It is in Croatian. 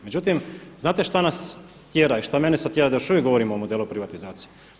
Međutim, znate šta nas tjera i što mene sada tjera da još uvijek govorim o modelu privatizacije?